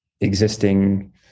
existing